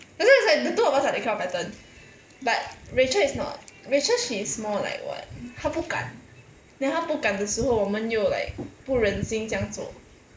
that's why is like the two of us are that kind of pattern but rachel is not rachel she is more like what 她不敢 then 她不敢的时候我们又 like 不忍心这样做